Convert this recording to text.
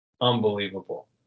unbelievable